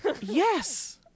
yes